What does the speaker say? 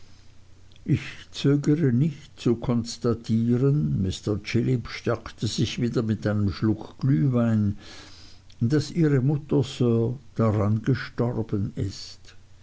ich zögere nicht zu konstatieren mr chillip stärkte sich wieder mit einem schluck glühwein daß ihre mutter sir daran gestorben ist